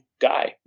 guy